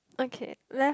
okay left